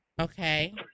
okay